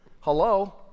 Hello